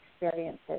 experiences